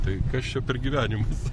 tai kas čia per gyvenimas